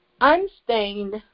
unstained